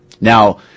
Now